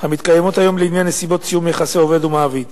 המתקיימות היום לעניין נסיבות סיום יחסי עובד ומעביד.